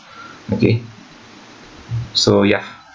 okay so ya